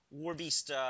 Warbeast